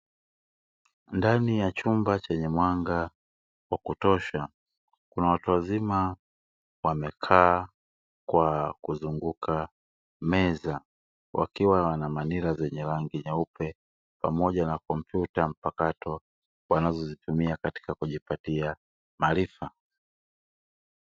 Ndani ya chumba chenye mwanga wa kutosha watu wazima wamekaa kwa kuzunguka meza, wakiwa wana manila zenye rangi nyeupe pamoja na kompyuta mpakato. Wanazotumia katika kujipatia maarifa.